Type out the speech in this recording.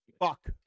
Fuck